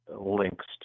links